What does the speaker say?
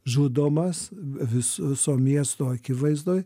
žudomas vis viso miesto akivaizdoj